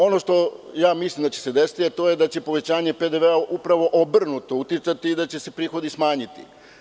Ono što mislim da će se desiti, to je da će povećanje PDV upravo obrnuto uticati i da će se prihodi smanjiti.